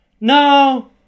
no